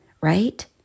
Right